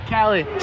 Callie